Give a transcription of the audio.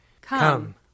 Come